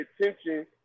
attention